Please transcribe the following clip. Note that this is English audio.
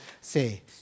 say